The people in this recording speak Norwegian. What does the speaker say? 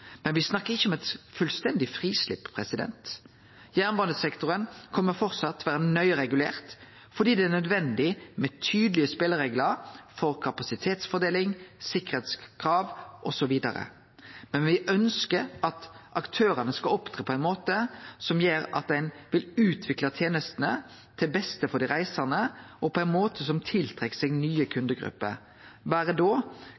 Men me snakkar ikkje om eit fullstendig frislepp. Jernbanesektoren kjem framleis til å vere nøye regulert fordi det er nødvendig med tydelege spelereglar for kapasitetsfordeling, sikkerheitskrav, osv. Men me ønskjer at aktørane skal opptre på ein måte som gjer at ein vil utvikle tenestene til beste for dei reisande og på ein måte som tiltrekkjer seg nye